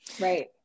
Right